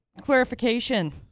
clarification